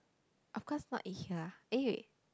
of course not eat here ah eh wait